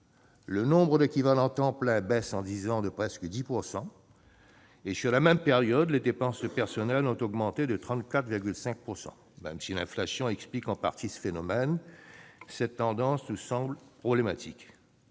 Le nombre d'équivalents temps plein baisse en dix ans de presque 10 % et, sur la même période, les dépenses de personnel ont augmenté de 34,5 %. Même si l'inflation explique en partie ce phénomène, cette tendance nous semble problématique.